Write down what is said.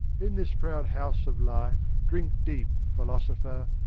in this proud house of life drink deep, philosopher,